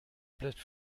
plate